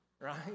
right